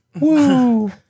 Woo